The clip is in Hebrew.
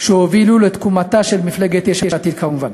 שהובילו לתקומתה של מפלגת יש עתיד, כמובן.